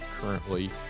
currently